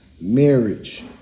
Marriage